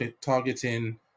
targeting